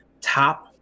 top